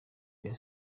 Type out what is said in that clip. rayon